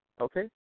okay